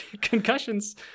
Concussions